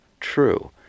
true